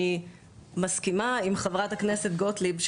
אני מסכימה עם חה"כ גוטליב,